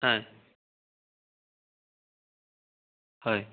হয় হয়